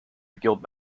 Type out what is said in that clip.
guild